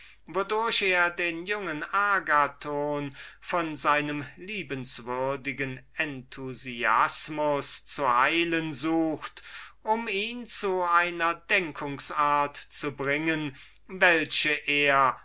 wodurch er den agathon von seinem liebenswürdigen und tugendhaften enthusiasmus zu heilen und zu einer denkungsart zu bringen hofft welche er